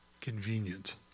convenient